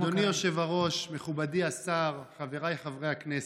אדוני היושב-ראש, מכובדי השר, חבריי חברי הכנסת,